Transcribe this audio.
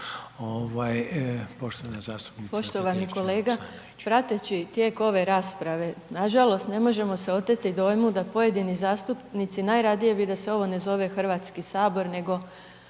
Poštovani kolega prateći tijek ove rasprave nažalost ne možemo se oteti dojmu da pojedini zastupnici najradije bi da se ovo ne zove Hrvatski sabor nego